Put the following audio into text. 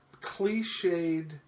cliched